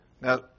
Now